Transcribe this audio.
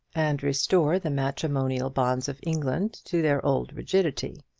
and restore the matrimonial bonds of england to their old rigidity.